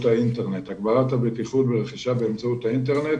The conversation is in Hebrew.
האינטרנט הגברת הבטיחות ברכישה באמצעות האינטרנט,